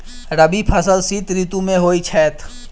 रबी फसल शीत ऋतु मे होए छैथ?